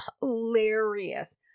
hilarious